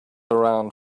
around